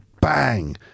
bang